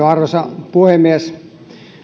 arvoisa puhemies